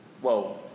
whoa